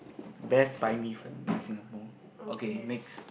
the best 白米粉 in Singapore okay next